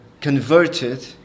converted